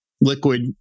liquid